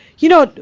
you know,